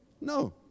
No